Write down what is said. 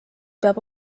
peab